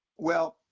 well,